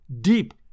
deep